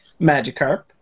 Magikarp